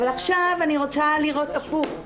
אבל עכשיו אני רוצה לראות הפוך.